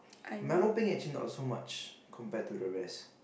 milo peng actually not so much compared to the rest